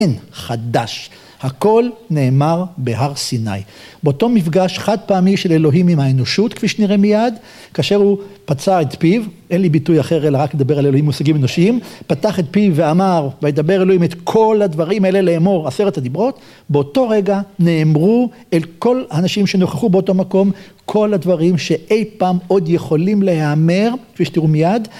חדש, הכל נאמר בהר סיני. באותו מפגש חד פעמי של אלוהים עם האנושות, כפי שנראה מיד, כאשר הוא פצה את פיו, אין לי ביטוי אחר אלא רק לדבר על אלוהים במושגים אנושיים, פתח את פיו ואמר וידבר אלוהים את כל הדברים האלה לאמור עשרת הדברות. באותו רגע נאמרו אל כל האנשים שנוכחו באותו מקום כל הדברים שאי פעם עוד יכולים להיאמר כפי שתראו מיד